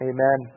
Amen